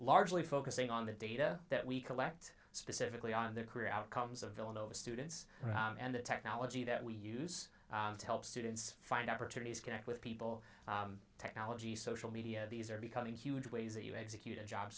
largely focusing on the data that we collect specifically on their career outcomes of villanova students and the technology that we use to help students find opportunities connect with people technology social media these are becoming huge ways that you execute a job